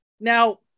Now